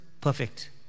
perfect